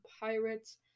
Pirates